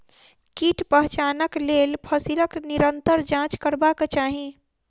कीट पहचानक लेल फसीलक निरंतर जांच करबाक चाही